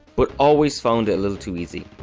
but always found it a little too easy.